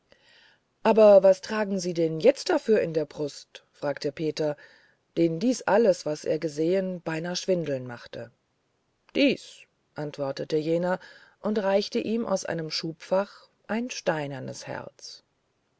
aber was tragen sie denn jetzt dafür in der brust fragte peter den dies alles was er gesehen beinahe schwindeln machte dies antwortete jener und reichte ihm aus einem schubfach ein steinernes herz